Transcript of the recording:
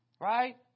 Right